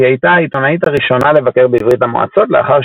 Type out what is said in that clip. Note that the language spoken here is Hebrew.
היא הייתה העיתונאית הראשונה לבקר בברית המועצות לאחר